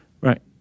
Right